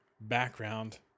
background